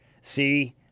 See